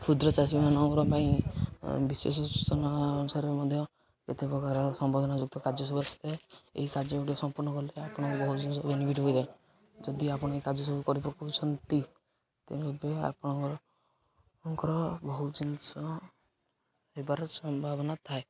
କ୍ଷୁଦ୍ର ଚାଷୀମାନଙ୍କ ପାଇଁ ବିଶେଷ ସୂଚନା ଅନୁସାରେ ମଧ୍ୟ କେତେ ପ୍ରକାର ସମ୍ବଧାନ ଯୁକ୍ତ କାର୍ଯ୍ୟ ସବୁ ଆସିଥାଏ ଏହି କାର୍ଯ୍ୟ ଗୁଡ଼ିକ ସମ୍ପୂର୍ଣ୍ଣ କଲେ ଆପଣଙ୍କୁ ବହୁତ ଜିନିଷ ବେନିଫିଟ୍ ହୋଇଥାଏ ଯଦି ଆପଣ ଏ କାର୍ଯ୍ୟ ସବୁ କରିପକାଉଛନ୍ତି ତେବେ ଆପଣଙ୍କର ବହୁତ ଜିନିଷ ହେବାର ସମ୍ଭାବନା ଥାଏ